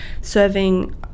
serving